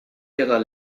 ihrer